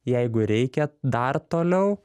jeigu reikia dar toliau